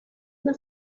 una